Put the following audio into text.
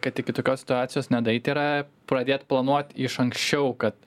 kad iki tokios situacijos nedaeit yra pradėt planuot iš anksčiau kad